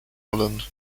ireland